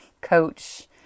coach